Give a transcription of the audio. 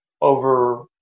over